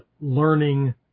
learning